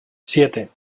siete